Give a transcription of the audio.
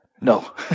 No